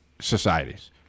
societies